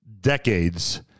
decades